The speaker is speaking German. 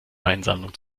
weinsammlung